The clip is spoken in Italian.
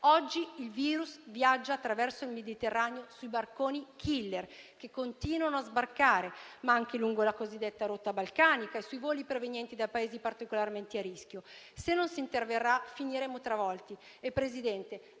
oggi il virus viaggia attraverso il Mediterraneo sui barconi *killer*, che continuano a sbarcare, ma anche lungo la cosiddetta rotta balcanica e sui voli provenienti da Paesi particolarmente a rischio. Se non si interverrà, finiremo travolti. Signor Presidente,